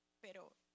pero